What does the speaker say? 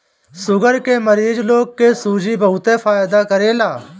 sugar के मरीज लोग के सूजी बहुते फायदा करेला